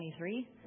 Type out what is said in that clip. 2023